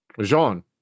jean